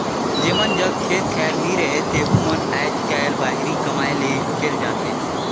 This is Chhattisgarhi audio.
जेमन जग खेत खाएर नी रहें तेहू मन आएज काएल बाहिरे कमाए ले हिकेल जाथें